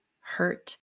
hurt